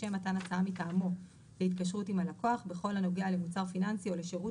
לשם מתן הצעה מטעמו להתקשרות עם הלקוח בכל הנוגע למוצר פיננסי או לשירות